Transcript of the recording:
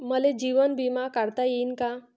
मले जीवन बिमा काढता येईन का?